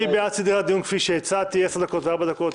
מי בעד סדרי הדיון כפי שהצעתי עשר דקות וארבע דקות?